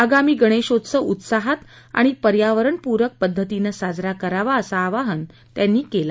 आगामी गणेशोत्सव उत्साहात आणि पर्यावणपूरक पद्धतीनं साजरा करावा असं आवाहन त्यांनी केलं